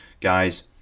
guys